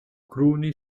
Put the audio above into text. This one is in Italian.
cruni